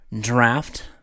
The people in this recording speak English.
draft